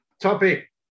Topic